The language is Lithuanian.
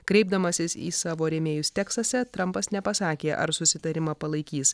kreipdamasis į savo rėmėjus teksase trampas nepasakė ar susitarimą palaikys